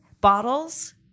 bottles